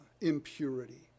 impurity